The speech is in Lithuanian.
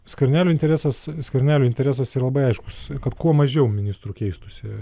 skvernelio interesas skvernelio interesas yra labai aiškus kad kuo mažiau ministrų keistųsi